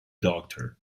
doctor